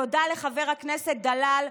תודה לחבר הכנסת דלאל,